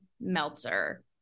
Meltzer